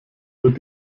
wird